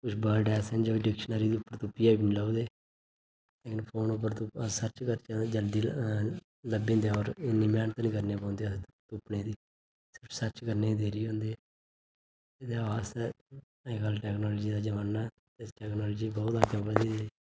कुछ वर्ड ऐसे न जो डिक्शनरी उप्पर तुप्पियै बी नेई लभदे लेकिन फोन उप्पर अस सर्च करचै ते तां जल्दी लब्भी जंदे होर इन्नी मेह्नत नेईं करनी पौंदी असें तुप्पने दी सर्च करने दी देरी होंदी एह्दे वास्तै अज्जकल टेक्नालोजी दा जमाना इस टेक्नालोजी बहुत अग्गें बधी दी